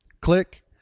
click